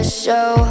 show